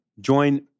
join